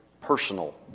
personal